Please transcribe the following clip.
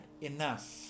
enough